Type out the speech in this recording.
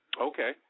Okay